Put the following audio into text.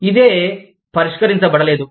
ఇదే పరిష్కరించబడలేదు